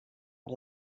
per